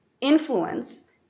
influence